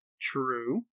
True